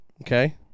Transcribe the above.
Okay